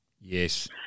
Yes